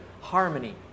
harmony